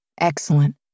Excellent